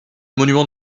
monument